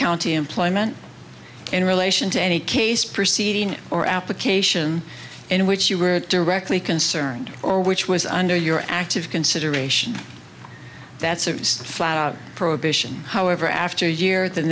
county employment in relation to any case proceeding or application in which you were directly concerned or which was under your active consideration that's a flat out prohibition however after year than